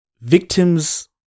victims